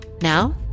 Now